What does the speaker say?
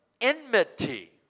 enmity